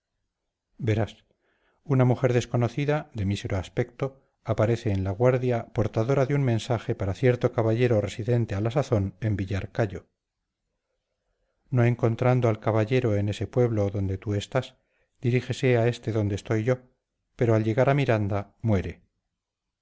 verás una mujer desconocida de mísero aspecto aparece en la guardia portadora de un mensaje para cierto caballero residente a la sazón en villarcayo no encontrando al caballero en ese pueblo donde tú estás dirígese a este donde estoy yo pero al llegar a miranda muere